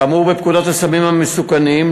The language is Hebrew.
כאמור בפקודת הסמים המסוכנים,